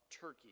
Turkey